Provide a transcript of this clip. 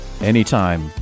Anytime